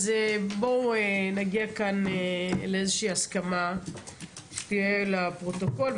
אז בואו נגיע כאן לאיזושהי הסכמה שתהיה לפרוטוקול.